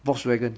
volkswagen